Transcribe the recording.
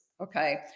okay